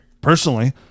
personally